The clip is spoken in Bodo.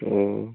अह